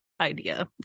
idea